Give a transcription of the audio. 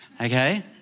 okay